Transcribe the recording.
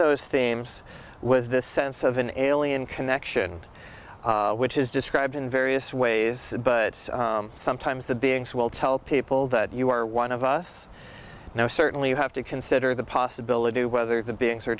those themes was this sense of an alien connection which is described in various ways but sometimes the beings will tell people that you are one of us now certainly you have to consider the possibility whether the beings are